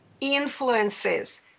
influences